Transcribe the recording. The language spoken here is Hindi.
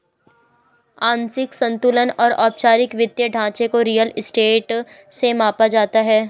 आंशिक संतुलन और औपचारिक वित्तीय ढांचे को रियल स्टेट से मापा जाता है